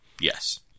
Yes